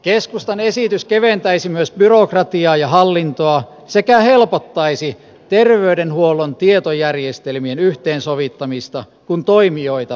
keskustan esitys keventäisi myös byrokratiaa ja hallintoa sekä helpottaisi terveydenhuollon tietojärjestelmien yhteensovittamista kun toimijoita on vähemmän